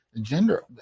gender